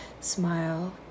Smile